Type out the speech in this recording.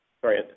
Sorry